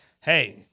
hey